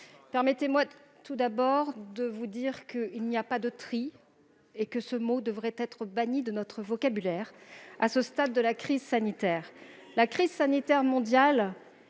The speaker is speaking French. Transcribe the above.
permettez-moi tout d'abord de vous dire qu'il n'y a pas de tri, et que ce mot devrait être banni de notre vocabulaire à ce stade de la crise. Dites-le aux familles de